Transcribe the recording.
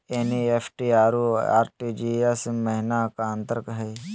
NEFT अरु RTGS महिना का अंतर हई?